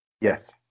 yes